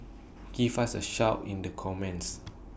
give us A shout in the comments